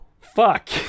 Fuck